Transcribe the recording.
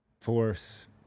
force